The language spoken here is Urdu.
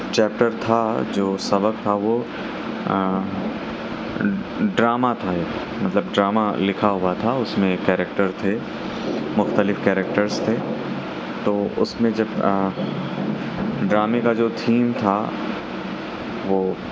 چیپٹر تھا جو سبق تھا وہ ڈراما تھا ایک مطلب ڈراما لکھا ہوا تھا اس میں ایک کیریکٹر تھے مختلف کیریکٹرز تھے تو اس میں جب ڈرامے کا جو تھیم تھا وہ